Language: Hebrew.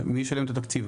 מי ישלם את התקציב?